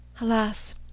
Alas